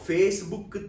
Facebook